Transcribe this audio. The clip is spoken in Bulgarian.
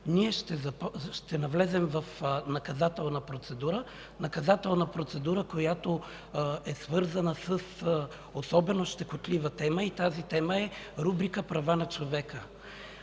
ние ще навлезем в наказателна процедура, която е свързана с особено щекотлива тема – рубриката „Права на човека”.